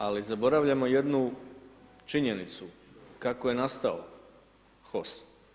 Ali, zaboravljamo jednu činjenicu, kako je nastao HOS.